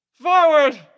Forward